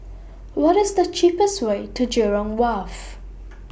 What IS The cheapest Way to Jurong Wharf